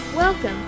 Welcome